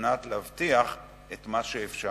כדי להבטיח את מה שאפשר.